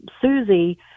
Susie